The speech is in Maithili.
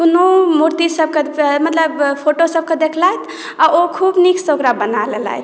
कोनो मूर्तिसभके मतलब फोटोसभके देखलथि आ ओ खूब नीकसँ ओकरा बना लेलथि